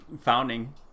founding